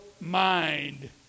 mind